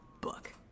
book